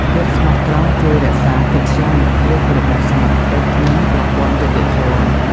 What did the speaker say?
ភាពស្មោះត្រង់ជួយរក្សាកិត្យានុភាពរបស់សមត្ថកិច្ច និងប្រព័ន្ធយុត្តិធម៌។